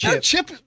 Chip